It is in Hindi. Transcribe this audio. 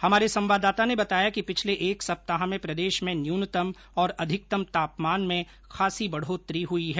हमारे संवाददाता ने बताया है कि पिछले एक सप्ताह में प्रदेश में न्यूनतम और अधिकतम तापमान में खासी बढोतरी हुई है